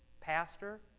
pastor